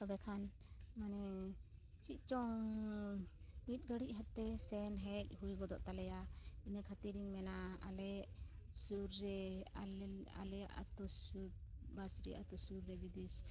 ᱛᱚᱵᱮ ᱠᱷᱟᱱ ᱢᱟᱱᱮ ᱪᱮᱫ ᱪᱚᱝ ᱢᱤᱫᱜᱷᱟᱹᱲᱤᱡ ᱦᱟᱱᱛᱮ ᱥᱮᱱᱦᱮᱡ ᱦᱩᱭ ᱜᱚᱫᱚᱜ ᱛᱟᱞᱮᱭᱟ ᱤᱱᱟᱹ ᱠᱷᱟᱛᱤᱨᱤᱧ ᱢᱮᱱᱟ ᱟᱞᱮ ᱥᱩᱨ ᱨᱮ ᱟᱞᱮ ᱟᱞᱮ ᱟᱹᱛᱩ ᱥᱩᱨ ᱵᱟᱥᱨᱤᱭᱟ ᱟᱹᱛᱩ ᱥᱩᱨ ᱨᱮ ᱡᱩᱫᱤ